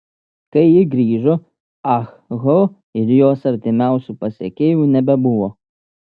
kai ji grįžo ah ho ir jos artimiausių pasekėjų nebebuvo